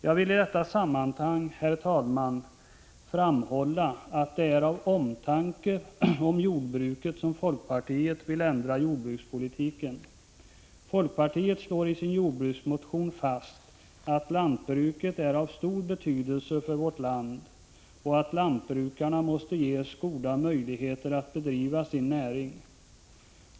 Jag vill i detta sammanhang, herr talman, framhålla att det är av omtanke om jordbruket som folkpartiet vill ändra jordbrukspolitiken. Folkpartiet slår isin jordbruksmotion fast att lantbruket är av stor betydelse för vårt land och att lantbrukarna måste ges goda möjligheter att bedriva sin näring.